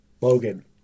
Logan